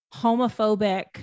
homophobic